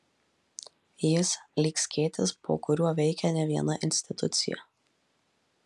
jis lyg skėtis po kuriuo veikia ne viena institucija